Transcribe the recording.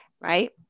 Right